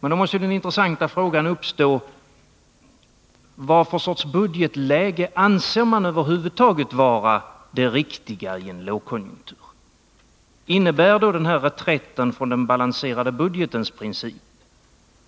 Men då måste ju den intressanta frågan uppstå: Vad för sorts budgetläge anser man över huvud taget vara det riktiga i en lågkonjunktur? Innebär då den här reträtten från den balanserade budgetens princip